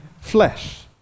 flesh